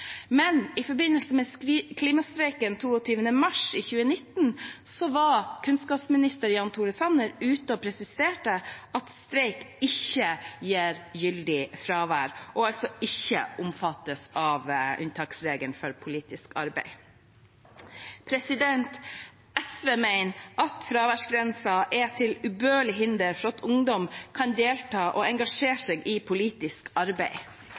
Men i forbindelse med klimastreiken 22. mars 2019 var kunnskapsminister Jan Tore Sanner ute og presiserte at streik ikke gir gyldig fravær, og altså ikke omfattes av unntaksregelen for politisk arbeid. SV mener at fraværsgrensen er til utilbørlig hinder for at ungdommer kan delta og engasjere seg i politisk arbeid.